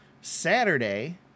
Saturday